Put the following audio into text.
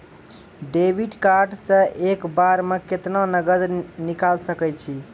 Debit card से एक बार मे केतना नगद निकाल सके छी?